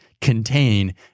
contain